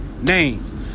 names